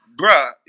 bruh